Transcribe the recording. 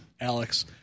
Alex